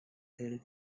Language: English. held